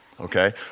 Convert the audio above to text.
Okay